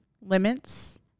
limits